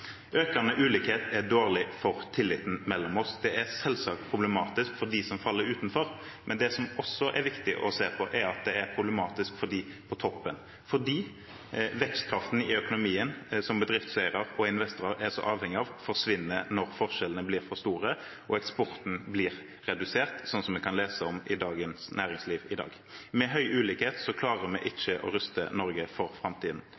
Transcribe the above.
Økende ulikhet er dårlig for tilliten mellom oss. Det er selvsagt problematisk for dem som faller utenfor, men det som også er viktig å se på, er at det er problematisk for dem på toppen. Det er fordi vekstkraften i økonomien som bedriftseiere og investorer er så avhengige av, forsvinner når forskjellene blir for store og eksporten blir redusert, slik vi kan lese om i Dagens Næringsliv i dag. Med høy grad av ulikhet klarer vi ikke å ruste Norge for framtiden.